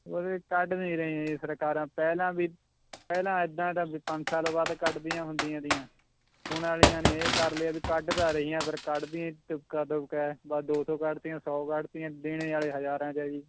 ਹੋਰ ਇਹ ਕੱਢ ਨਹੀਂ ਰਹੀਆਂ ਜੀ ਸਰਕਾਰਾਂ ਪਹਿਲਾਂ ਵੀ ਪਹਿਲਾਂ ਇੱਦਾਂ ਤਾ ਵੀ ਪੰਜ ਸਾਲ ਬਾਅਦ ਕੱਢਦੀਆਂ ਹੁੰਦੀਆਂ ਤੀਆਂ ਹੁਣ ਵਾਲੀਆਂ ਨੇ ਇਹ ਕਰ ਲਿਆ ਵੀ ਕੱਢ ਤਾਂ ਰਹੀਆਂ ਪਰ ਕੱਢਦੀਆਂ ਹੀ ਤੁਪਕਾ ਤੁਪਕਾ ਹੈ ਬਸ ਦੋ ਸੌ ਕੱਢਤੀਆਂ ਸੌ ਕੱਢਤੀਆਂ ਦੇਣੇ ਵਾਲੇ ਹਜ਼ਾਰਾਂ 'ਚ ਹੈ ਜੀ